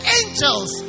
angels